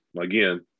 Again